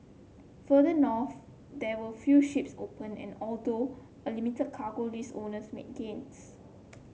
further north there were few ships open and although a limited cargo list owners made gains